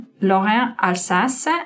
Lorraine-Alsace